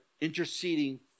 interceding